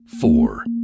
four